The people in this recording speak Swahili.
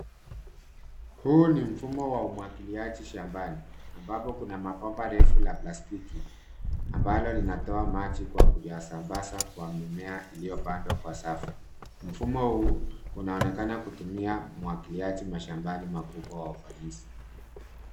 Huu ni mfumo wa umwagiliaji shambani kwa sababu kuna mabomba refu la palstiki ambalo linatoa maji kwa kuyasambaza kwa mimea iliyopandwa kwa safu. Mfumo huu unaonekana kutumia umwagiliaji mashambani makubwa wa ufanisi.